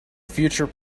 future